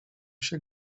się